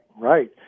right